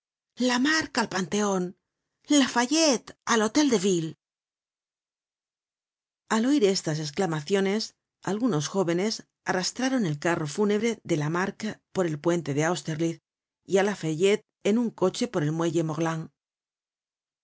prodigiosos lamarque al panteon lafayette al hotel de ville al oir estas esclamaciones algunos jóvenes arrastraron el carro fúnebre de lamarque por el puente de austerlitz y á lafayette en un coche por el muelle morland